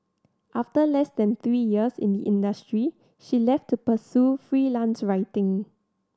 after less than three years in the industry she left to pursue freelance writing